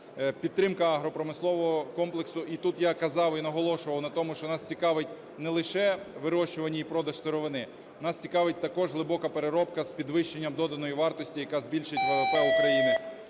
Підтримка агропромислового комплексу. І тут я казав і наголошував на тому, що нас цікавить не лише вирощування і продаж сировини, нас цікавить також глибока переробка з підвищенням доданої вартості, яка збільшить ВВП України.